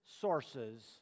sources